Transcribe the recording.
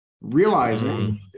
Realizing